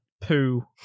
Poo